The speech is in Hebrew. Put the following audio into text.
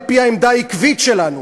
על-פי העמדה העקבית שלנו,